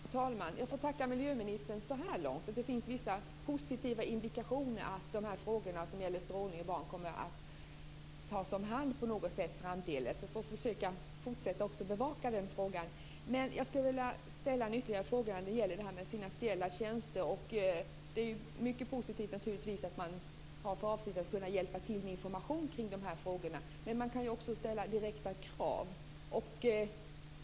Herr talman! Jag får tacka för miljöministerns besked så här långt. Det ges vissa positiva indikationer om att frågorna om strålning och barn på något sätt kommer att tas om hand framdeles. Jag ska försöka fortsätta att bevaka den problematiken. Jag skulle också vilja ställa ytterligare en fråga, som gäller finansiella tjänster. Det är naturligtvis mycket positivt att man har för avsikt att hjälpa till med information i de här frågorna, men man kan ju också ställa direkta krav.